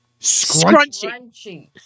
Scrunchy